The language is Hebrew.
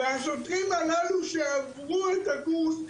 והשוטרים הללו שעברו את הקורס,